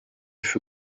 für